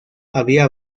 había